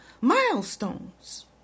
milestones